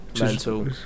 mental